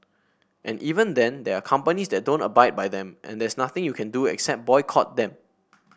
and even then there are companies that don't abide by them and there's nothing you can do except boycott them